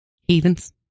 Heathens